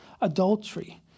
adultery